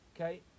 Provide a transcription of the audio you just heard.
okay